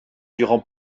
durant